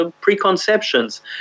preconceptions